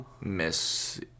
Miss